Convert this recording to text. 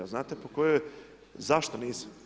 A znate po kojoj, zašto nisu?